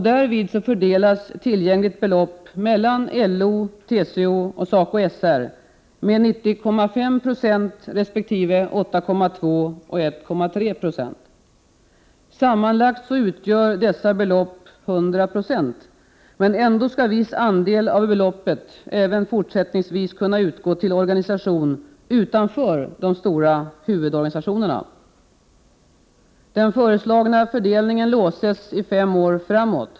Därvid fördelas tillgängligt belopp mellan LO, TCO och SACO/SR med 90,5 2 resp. 8,2 70 och 1,3 26. Sammanlagt utgör dessa belopp 100 20. Men ändå skall viss andel av beloppet även fortsättningsvis kunna utgå till organisation utanför de stora huvudorganisationerna. Den föreslagna fördelningen låses i fem år framåt.